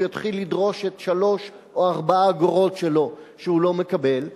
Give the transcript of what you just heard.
יתחיל לדרוש את 3 או 4 האגורות שלו שהוא לא מקבל,